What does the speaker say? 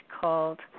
called